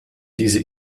diese